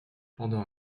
pendant